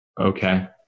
Okay